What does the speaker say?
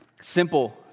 Simple